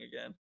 again